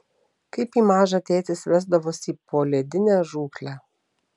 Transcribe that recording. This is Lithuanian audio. kaip jį mažą tėtis vesdavosi į poledinę žūklę